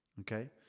okay